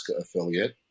affiliate